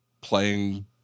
playing